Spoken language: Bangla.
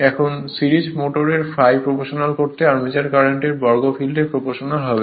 এখন সিরিজে মোটরে ∅ প্রপ্রোশনাল করতে আর্মেচার কারেন্ট বর্গ ফিল্ডের প্রপ্রোশনাল হবে